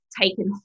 taken